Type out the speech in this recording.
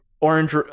orange